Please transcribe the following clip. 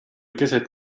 keset